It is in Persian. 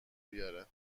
بیاره